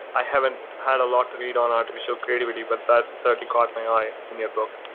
i haven't had a lot to read on artificial creativity, but that certainly caught my eye in your book.